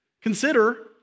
Consider